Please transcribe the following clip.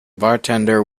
bartender